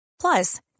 Plus